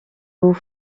vous